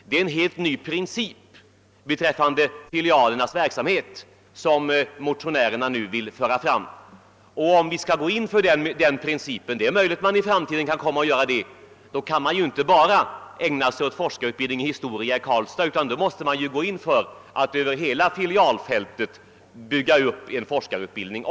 Det är en helt ny princip beträffande filialernas verksamhet som motionärerna nu vill föra fram, och om vi skall gå in för den principen — det är möjligt att man i framtiden kan komma att göra det — kan man inte bara ägna sig åt forskarutbildning i historia i Karlstad, utan då måste man gå in för att över hela filialfältet bygga upp en forskarutbildning.